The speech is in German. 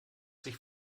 sich